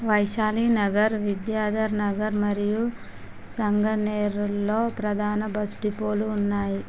వైశాలినగర్ విద్యాధర్నగర్ మరియు సంగనేర్ల్లో ప్రధాన బస్ డిపోలు ఉన్నాయి